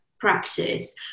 practice